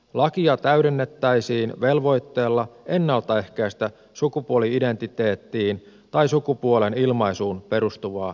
lakia täydennettäisiin velvoitteella ennaltaehkäistä sukupuoli identiteettiin tai sukupuolen ilmaisuun perustuvaa syrjintää